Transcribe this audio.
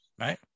right